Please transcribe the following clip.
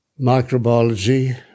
microbiology